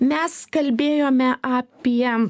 mes kalbėjome apie